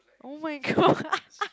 [oh]-my-god